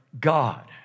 God